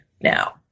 now